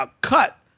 cut